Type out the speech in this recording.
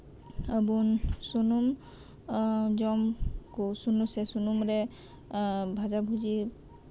ᱟᱵᱚ ᱥᱩᱱᱩᱢ ᱡᱚᱢ ᱠᱚ ᱥᱮ ᱥᱩᱱᱩᱢᱨᱮ ᱵᱷᱟᱡᱟ ᱵᱷᱩᱡᱤ